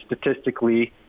statistically